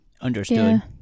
Understood